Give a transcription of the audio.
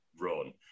run